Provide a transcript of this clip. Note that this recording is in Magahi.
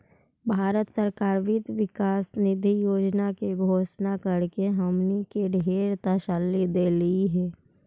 भारत सरकार वित्त विकास निधि योजना के घोषणा करके हमनी के ढेर तसल्ली देलई हे